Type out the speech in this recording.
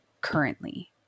currently